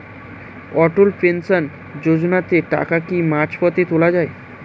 অটল pension যোজনাতে টাকা কি মাঝপথে তোলা যায়?